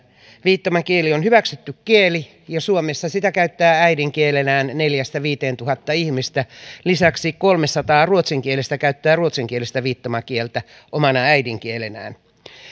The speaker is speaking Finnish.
viittomakieli on hyväksytty kieli ja suomessa sitä käyttää äidinkielenään neljätuhatta viiva viisituhatta ihmistä lisäksi kolmesataa ruotsinkielistä käyttää ruotsinkielistä viittomakieltä omana äidinkielenään